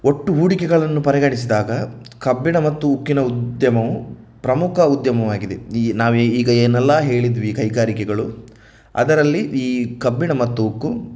ಒಟ್ಟು ಹೂಡಿಕೆಗಳನ್ನು ಪರಿಗಣಿಸಿದಾಗ ಕಬ್ಬಿಣ ಮತ್ತು ಉಕ್ಕಿನ ಉದ್ಯಮವು ಪ್ರಮುಖ ಉದ್ಯಮವಾಗಿದೆ ಈ ನಾವು ಈಗ ಏನೆಲ್ಲ ಹೇಳಿದ್ವಿ ಕೈಗಾರಿಕೆಗಳು ಅದರಲ್ಲಿ ಈ ಕಬ್ಬಿಣ ಮತ್ತು ಉಕ್ಕು